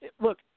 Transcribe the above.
look